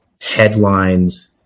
headlines